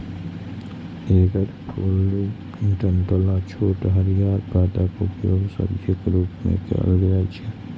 एकर फूल, डंठल आ छोट हरियर पातक उपयोग सब्जीक रूप मे कैल जाइ छै